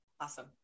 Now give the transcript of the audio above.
Awesome